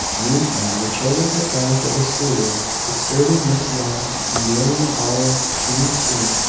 meantime, the children had gone to the schoolroom, disturbing miss young nearly an hour too soon.